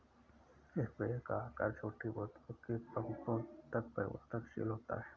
sprayer का आकार छोटी बोतल से पंपों तक परिवर्तनशील होता है